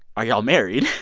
are y'all married?